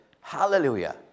Hallelujah